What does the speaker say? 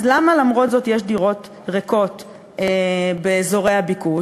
אז למה, למרות זאת, יש דירות ריקות באזורי הביקוש?